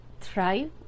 thrive